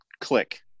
click